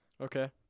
Okay